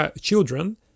children